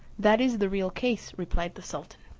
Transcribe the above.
that is the real case, replied the sultan.